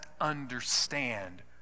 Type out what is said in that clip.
understand